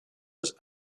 was